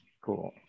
Cool